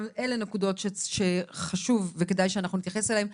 גם אלה נקודות שכדאי וחשוב שאנחנו נתייחס אליהם.